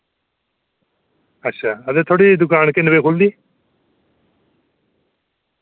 अच्छा हां ते थोआड़ी दुकान किन्ने बजे खुल्दी